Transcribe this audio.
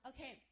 Okay